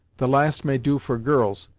the last may do for girls,